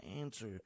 answer